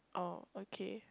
orh okay